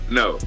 no